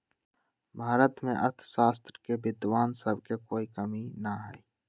भारत में अर्थशास्त्र के विद्वान सब के कोई कमी न हई